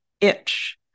itch